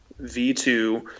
V2